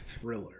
thriller